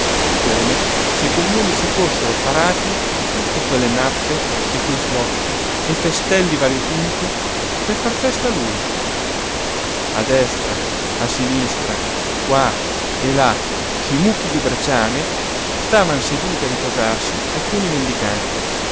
come se quei muli si fossero parati di tutte quelle nappe e quei fiocchi e festelli variopinti per far festa a lui a destra a sinistra qua e là su i mucchi di brecciame stavan seduti a riposarsi alcuni mendicanti